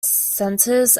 centres